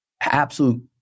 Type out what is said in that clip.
absolute